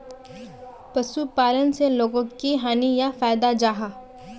पशुपालन से लोगोक की हानि या फायदा जाहा?